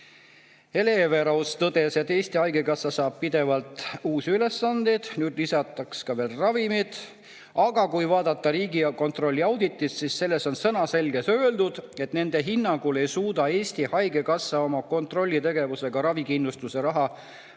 Everaus tõdes, et Eesti Haigekassa saab pidevalt uusi ülesandeid, nüüd lisatakse veel ravimid. Aga kui vaadata Riigikontrolli auditit, siis selles on sõnaselgelt öeldud, et nende hinnangul ei suuda Eesti Haigekassa oma kontrollitegevusega ravikindlustuse raha